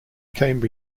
came